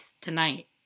tonight